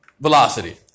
Velocity